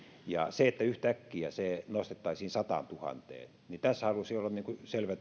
siitä että yhtäkkiä se nostettaisiin sataantuhanteen haluaisin olla selvä